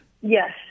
Yes